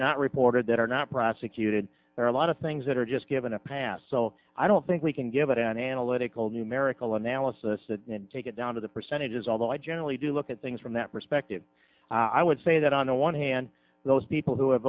not reported that are not prosecuted there are a lot of things that are just given a pass so i don't think we can give it an analytical numerical analysis and take it down to the percentages although i generally do look at things from that perspective i would say that on the one hand those people who have